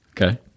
Okay